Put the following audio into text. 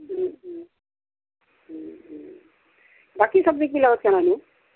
বাকী চাবজেক্টবিলাকত কেন নো